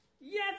Yes